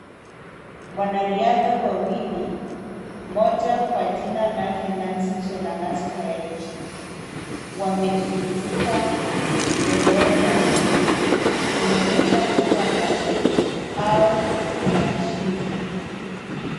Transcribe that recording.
Wanariadha wawili, mmoja kwa jina lake Nancy Chelagat Koech, wamejifunika bendera ya Kenya. Inaonyesha kwamba hao ni washindi.